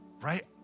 right